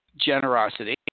generosity